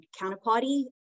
counterparty